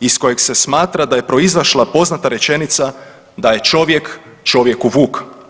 iz kojeg se smatra da je proizašla poznata rečenica da je čovjek čovjeku vuk.